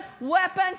weapons